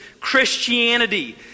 Christianity